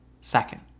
Second